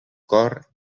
cor